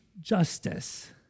justice